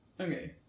Okay